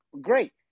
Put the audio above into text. Great